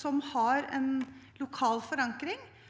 som har en lokal forankring,